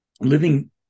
living